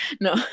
No